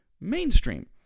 mainstream